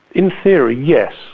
in theory, yes,